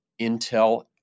intel